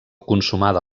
consumada